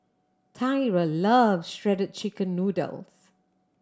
Tyra love Shredded Chicken Noodles